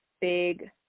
big